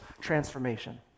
transformation